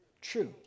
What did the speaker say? true